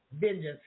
vengeance